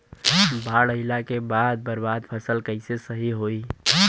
बाढ़ आइला के बाद बर्बाद फसल कैसे सही होयी?